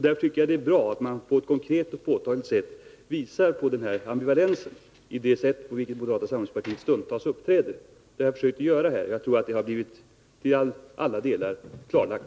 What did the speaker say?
Därför tycker jag att det är bra att man konkret visar på ambivalensen i det sätt på vilket moderata samlingspartiet stundtals uppträder. Det är det som jag har försökt göra nu, och jag tror att den tendensen här har blivit i alla delar klarlagd.